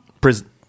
Prison